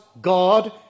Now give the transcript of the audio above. God